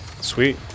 Sweet